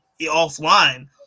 offline